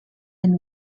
and